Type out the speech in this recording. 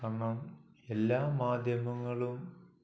കാരണം എല്ലാ മാധ്യമങ്ങളും